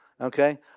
Okay